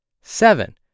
Seven